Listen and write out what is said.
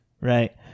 Right